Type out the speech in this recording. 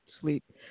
sleep